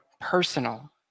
personal